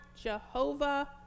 Jehovah